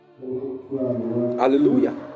Hallelujah